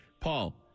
paul